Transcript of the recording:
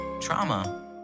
trauma